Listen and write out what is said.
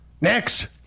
Next